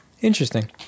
Interesting